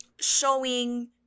showing